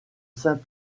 saint